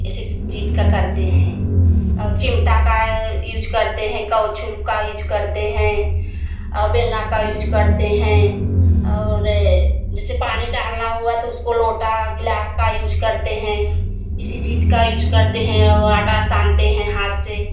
इसी चीज का करते हैं और चिमटा का यूज़ करते हैं करछुल का यूज़ करते हैं बेलना का यूज़ करते हैं और जैसे पानी डालना हुआ तो उसको लोटा गिलास का यूज़ करते हैं इसी चीज का यूज़ करते हैं और आटा सानते हैं हाथ से